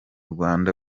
rwanda